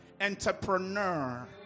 Entrepreneur